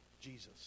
Jesus